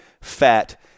fat